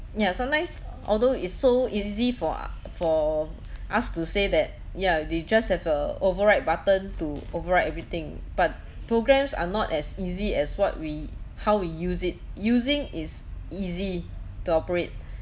yeah sometimes although it's so easy for uh for us to say that ya they just have the override button to override everything but programmes are not as easy as what we how we use it using is easy to operate